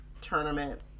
tournament